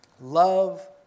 Love